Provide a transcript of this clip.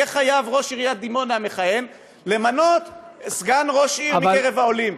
ראש עיריית דימונה המכהן יהיה חייב למנות סגן ראש עיר מקרב העולים.